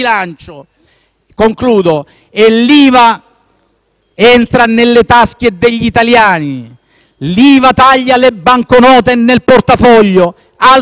entra nelle tasche degli italiani. L'IVA taglia le banconote nel portafoglio: altro che chiacchiere. Componenti del Governo,